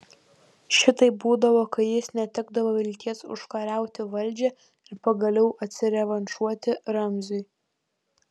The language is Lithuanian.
šitaip būdavo kai jis netekdavo vilties užkariauti valdžią ir pagaliau atsirevanšuoti ramziui